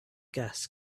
gas